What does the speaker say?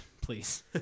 please